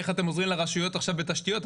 איך אתם עוזרים לרשויות עכשיו בתשתיות?